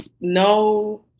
no